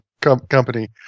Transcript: company